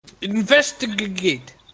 INVESTIGATE